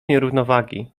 nierównowagi